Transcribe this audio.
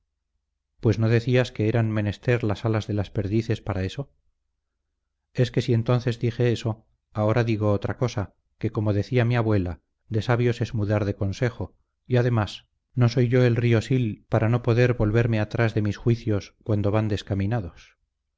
pues no decías que eran menester las alas de las perdices para eso es que si entonces dije eso ahora digo otra cosa que como decía mi abuela de sabios es mudar de consejo y además no soy yo el río sil para no poder volverme atrás de mis juicios cuando van descaminados